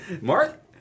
Mark